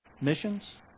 missions